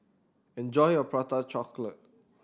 enjoy your Prata Chocolate